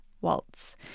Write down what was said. Waltz